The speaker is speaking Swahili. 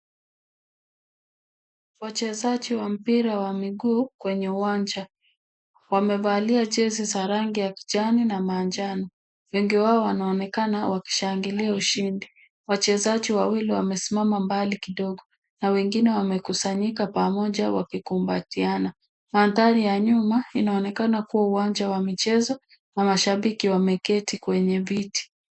Wachezaji wa mpira wa miguu kwenye uwanja wamevalia jezi za rangi ya kijani na manjano. Wengi wao wanaonekana wakishangilia ushindi. Wachezaji wawili wamesimama mbali kidogo na wengine wamekusanyika pamoja wakikumbatiana. Mandhari ya nyuma inaonekana kuwa uwanja wa michezo na mashabiki wameketi kwenye viti.